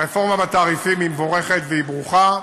הרפורמה בתעריפים היא מבורכת והיא ברוכה.